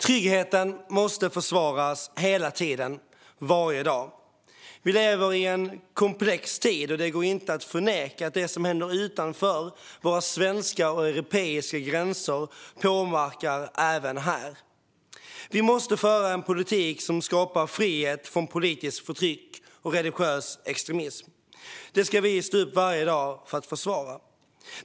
Tryggheten måste försvaras hela tiden, varje dag. Vi lever i en komplex tid, och det går inte att förneka att det som händer utanför våra svenska och europeiska gränser påverkar även här. Vi måste föra en politik som skapar frihet från politiskt förtryck och religiös extremism. Det ska vi varje dag stå upp för att försvara.